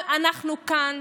אנחנו כאן